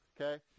Okay